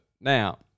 Now